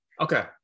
okay